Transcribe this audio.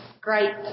great